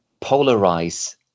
polarize